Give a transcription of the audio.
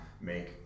make